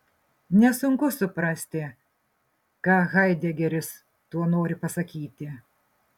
nesunku suprasti ką haidegeris tuo nori pasakyti